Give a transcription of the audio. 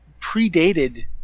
predated